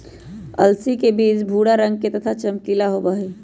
अलसी के बीज भूरा रंग के तथा चमकीला होबा हई